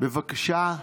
בבקשה.